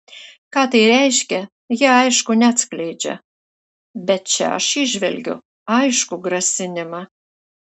ką tai reiškia jie aišku neatskleidžia bet čia aš įžvelgiu aiškų grasinimą